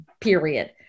period